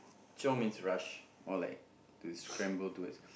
chiong means rush or like is cram go towards